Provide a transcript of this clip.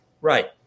Right